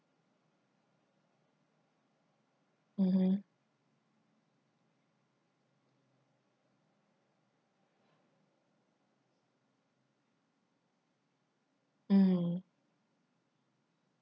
mmhmm mm